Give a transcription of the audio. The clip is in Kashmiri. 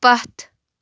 پتھ